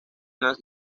las